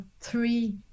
three